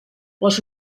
les